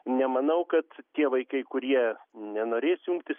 nemanau kad tie vaikai kurie nenorės jungtis